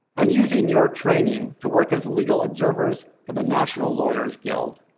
and using your training to work as legal observers for the national lawyers guild.